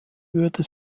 würde